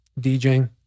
DJing